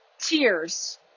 tears